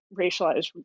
racialized